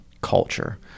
culture